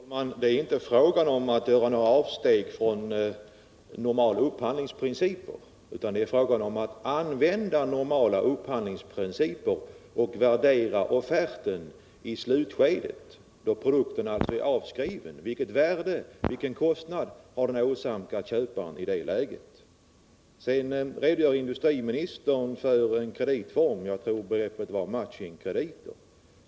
Herr talman! Det är inte fråga om att göra några avsteg från normala upphandlingsprinciper, utan det är fråga om att använda normala upphandlingsprinciper och uppskatta kostnaderna i slutskedet, då produkten alltså fysiskt är avskriven. Vilken kostnad har den dragit i detta läge? Sedan redogör industriministern för en kreditform, s.k. matchingkrediter.